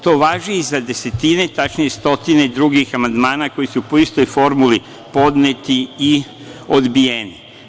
To važi i za desetine, tačnije stotine drugih amandmana, koji su po istoj formuli podneti i odbijeni.